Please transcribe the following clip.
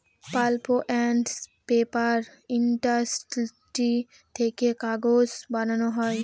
pulp and paper industry থেকে কাগজ বানানো হয়